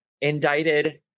indicted